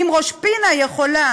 אם ראש-פינה יכולה